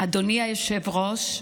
אדוני היושב-ראש,